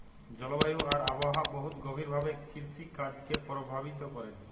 জলবায়ু আর আবহাওয়া বহুত গভীর ভাবে কিরসিকাজকে পরভাবিত ক্যরে